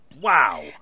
Wow